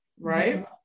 Right